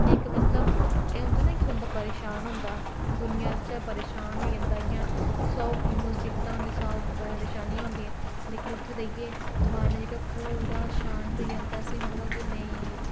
ते इक्क मतलब एह् होंदा ना कि बंदा परेशान होंदा दूनिया कोला परेशान होई जंदा इंया सौ मसीबतां होंदियां सौ परेशानियां होंदियां लेकिन उत्थै जाइयै मन जेह्का पूरा शांत होई जंदा असेंगी लगदा की नेईं